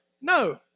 no